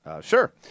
Sure